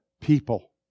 people